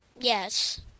Yes